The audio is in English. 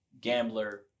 gambler